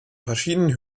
verschiedenen